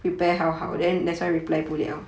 orh